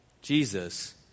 Jesus